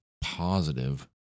positive